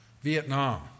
Vietnam